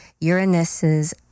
Uranus's